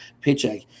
paycheck